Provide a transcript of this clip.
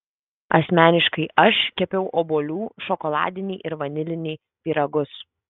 asmeniškai aš kepiau obuolių šokoladinį ir vanilinį pyragus